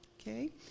Okay